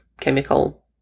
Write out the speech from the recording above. chemical